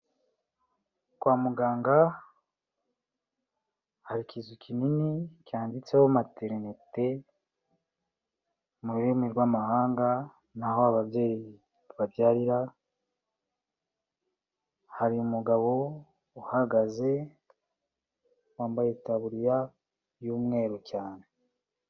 Kwa muganga hari ikizu kinini cyanditseho materinete mu rurimi rw'amahanga, ni aho ababyeyi babyarira, hari umugabo uhagaze, wambaye itaburiya y'umweru cyane.